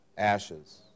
ashes